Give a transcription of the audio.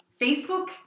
Facebook